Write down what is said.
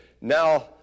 now